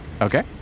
Okay